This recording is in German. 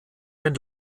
den